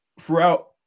throughout